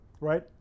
right